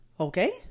Okay